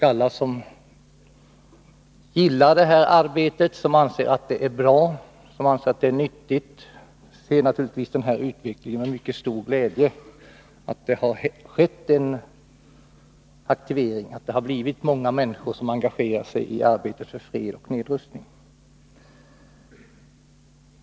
Alla som uppskattar detta arbete, som anser att det är bra och nyttigt, ser naturligtvis med mycket stor glädje på utvecklingen, att det har skett en aktivering och att många människor engagerat sig i arbetet för fred och nedrustning.